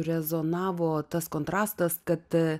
rezonavo tas kontrastas kad